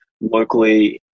locally